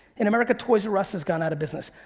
in america toys r us has gone out of business,